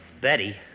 Betty